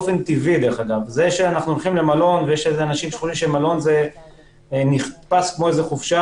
מלון זה אולי משהו שנתפס כמו איזה חופשה,